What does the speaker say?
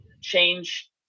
change